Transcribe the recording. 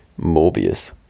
Morbius